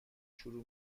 شروع